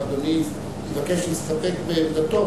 האם אדוני יבקש להסתפק בעמדתו,